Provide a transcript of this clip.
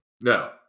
No